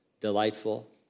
delightful